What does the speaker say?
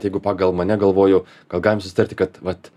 jeigu pagal mane galvoju gal galim susitarti kad vat